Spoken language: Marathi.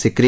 सिक्री